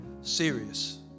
serious